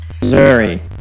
Missouri